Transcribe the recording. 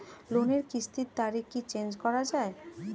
লোনের কিস্তির তারিখ কি চেঞ্জ করা যায়?